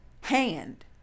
hand